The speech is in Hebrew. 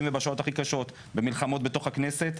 ובשעות הכי קשות במלחמות בתוך הכנסת,